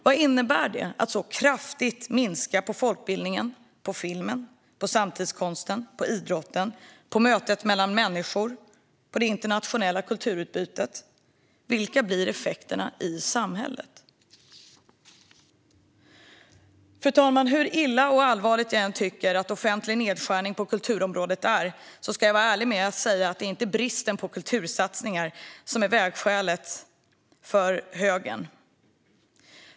Vad innebär det att så kraftigt minska på folkbildningen, på filmen, på samtidskonsten, på idrotten, på mötet mellan människor och på det internationella kulturutbytet? Vilka blir effekterna i samhället? Fru talman! Hur illa och allvarligt jag än tycker att offentlig nedskärning på kulturområdet är ska jag vara ärlig och säga att det inte är bristen på kultursatsningar som är vägskälet för högern.